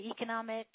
economic